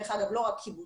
דרך אגב לא רק קיבוצים,